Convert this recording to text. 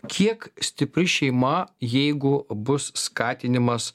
kiek stipri šeima jeigu bus skatinimas